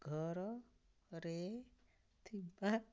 ଘରରେ ଥିବା